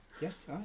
yes